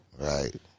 Right